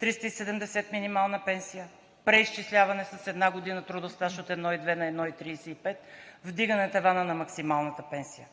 370 лв. минимална пенсия, преизчисляване с една година трудов стаж от 1,2 на 1,35, вдигане на тавана на максималната пенсия.